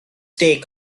take